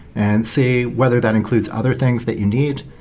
and say, whether that includes other things that you need,